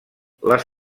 les